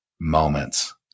moments